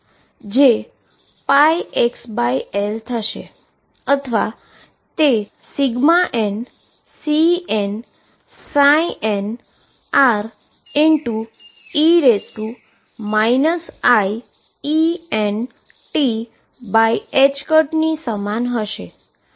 જે πxL થશે અથવા તે nCnnre iEnt ની સમાન હશે